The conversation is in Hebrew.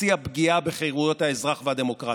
בשיא הפגיעה בחירויות האזרח והדמוקרטיה.